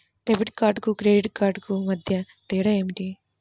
Debit కార్డుకు credit credit కార్డుకు మధ్య తేడా ఏమిటీ?